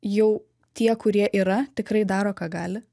jau tie kurie yra tikrai daro ką gali